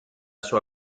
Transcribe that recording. sua